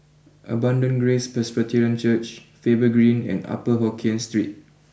Abundant Grace Presbyterian Church Faber Green and Upper Hokkien Street